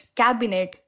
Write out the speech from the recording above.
cabinet